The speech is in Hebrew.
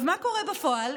מה קורה בפועל?